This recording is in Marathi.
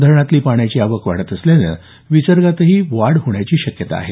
धरणातली आवक वाढत असल्यानं विसर्गातही वाढ होण्याची शक्यता आहे